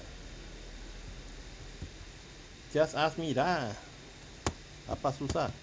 just ask me lah apa susah